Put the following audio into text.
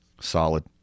Solid